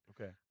Okay